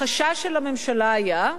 החשש של הממשלה היה,